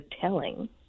telling